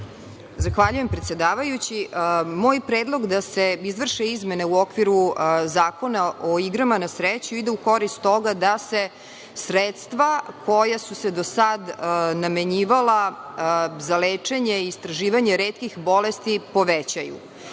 Zahvaljujem predsedavajući. Moj predlog da se izvrše izmene u okviru Zakona o igrama na sreću idu u korist toga da se sredstva koja su se do sada namenjivala za lečenje i istraživanje retkih bolesti povećavaju